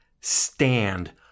stand